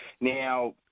Now